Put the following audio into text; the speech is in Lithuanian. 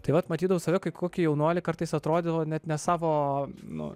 tai vat matydavau save kaip kokį jaunuolį kartais atrodydavo net ne savo nu